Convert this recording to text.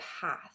path